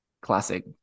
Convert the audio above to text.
Classic